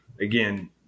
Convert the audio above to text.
again